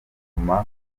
inyuma